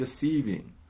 deceiving